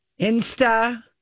Insta